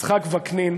יצחק וקנין.